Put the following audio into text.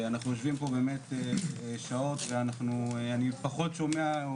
אנחנו יושבים פה שעות, ואני פחות שומע.